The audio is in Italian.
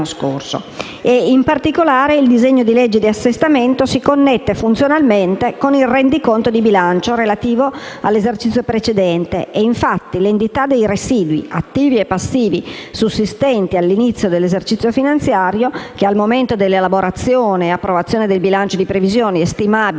In particolare, il disegno di legge di assestamento si connette funzionalmente con il Rendiconto di bilancio relativo all'esercizio precedente e, infatti, l'entità dei residui attivi e passivi sussistenti all'inizio dell'esercizio finanziario, che al momento dell'elaborazione e approvazione dei bilanci di previsione è stimabile